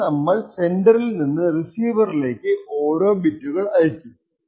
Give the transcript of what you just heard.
ഇങ്ങനെ നമ്മൾ സെൻഡറിൽ നിന്ന് റിസീവറിലേക്കു ഓരോ ബിറ്റുകൾ അയക്കും